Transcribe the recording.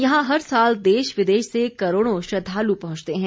यहां हर साल देश विदेश से करोड़ों श्रद्वाल पहंचते हैं